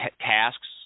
tasks